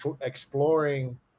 exploring